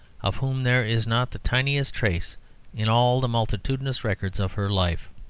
of whom there is not the tiniest trace in all the multitudinous records of her life.